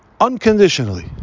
unconditionally